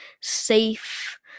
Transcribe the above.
safe